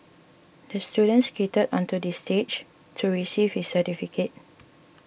the student skated onto the stage to receive his certificate